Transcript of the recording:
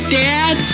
dad